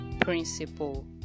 Principle